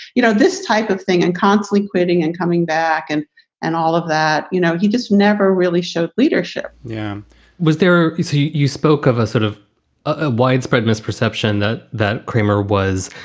you know, this type of thing and constantly quitting and coming back and and all of that, you know, you just never really showed leadership yeah um was there you spoke of a sort of a widespread misperception that that kramer was